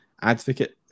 advocate